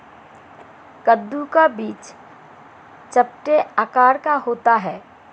कद्दू का बीज चपटे आकार का होता है